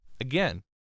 again